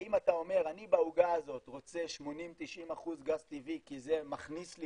האם אתה אומר אני בעוגה הזאת רוצה 90%-80% גז טבעי כי זה מכניס לי